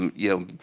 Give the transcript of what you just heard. you know,